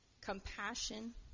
compassion